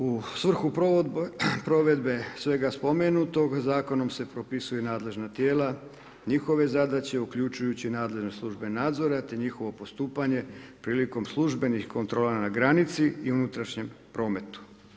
U svrhu provedbe svega spomenutog zakonom se propisuje nadležna tijela, njihove zadaće, uključujući nadležne službe nadzora, te njihovo postupanje prilikom službenih kontrola na granici i unutrašnjem prometu.